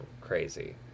crazy